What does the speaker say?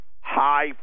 high